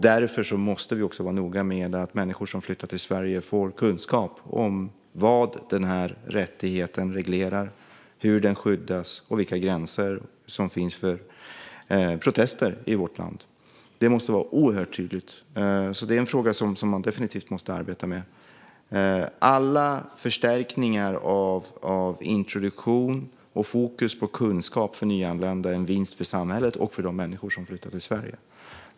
Därför måste vi också vara noga med att människor som flyttar till Sverige får kunskap om vad rättigheten reglerar, hur den skyddas och vilka gränser som finns för protester i vårt land. Det måste vara oerhört tydligt. Det är en fråga som man definitivt måste arbeta med. Alla förstärkningar av introduktion och fokus på kunskap för nyanlända är en vinst för samhället och för de människor som flyttar till Sverige.